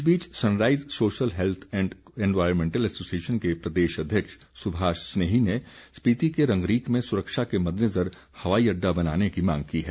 इस बीच sunrise social health and environmental association के प्रदेश अध्यक्ष सुभाष स्नेही ने स्पिति के रंगरीक में सुरक्षा के मद्देनज़र हवाई अड्डा बनाने की मांग की है